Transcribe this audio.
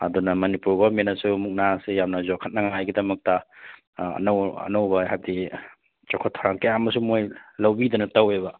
ꯑꯗꯨꯅ ꯃꯅꯤꯄꯨꯔ ꯒꯣꯔꯃꯦꯟꯅꯁꯨ ꯃꯨꯛꯅꯥꯁꯦ ꯌꯥꯝꯅ ꯌꯣꯛꯈꯠꯅꯤꯡꯉꯥꯏ ꯒꯤꯗꯃꯛꯇ ꯑꯅꯧ ꯑꯅꯧꯕ ꯍꯥꯏꯕꯗꯤ ꯆꯥꯎꯈꯠ ꯅꯊꯧꯔꯥꯡ ꯀꯌꯥ ꯑꯃꯁꯨ ꯃꯈꯣꯏ ꯂꯧꯕꯤꯗꯅ ꯇꯧꯋꯦꯕ